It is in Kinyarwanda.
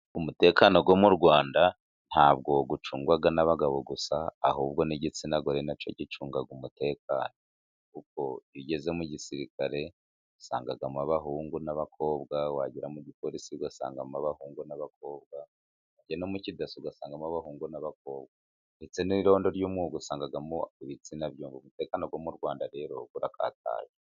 Umutekano wo mu Rwanda ntabwo ucungwa n'abagabo gusa, ahubwo n'igitsina gore na cyo gicunga umutekano, kuko iyo ugeze mu gisirikare usangamo abahungu n'abakobwa, wagera mu gipolisi usangamo abahungu n'abakobwa, wajya no mu kidaso usangamo abahungu n'abakobwa ndetse n'irondo ry'umwuga, usangamo ibitsina byombi umutekano wo mu Rwanda rero urakataje.